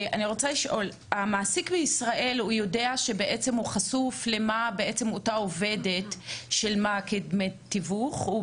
המעסיק בישראל חשוף למה ששילמה אותה עובדת כדמי תיווך והוא